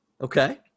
Okay